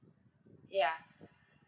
ya